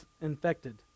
infected